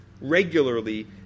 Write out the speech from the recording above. regularly